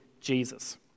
Jesus